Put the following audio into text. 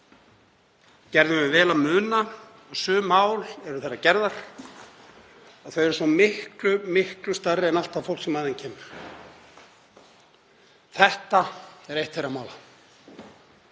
gerðum við vel að muna að sum mál eru þeirrar gerðar að þau eru svo miklu stærri en allt það fólk sem að þeim kemur. Þetta er eitt þeirra mála.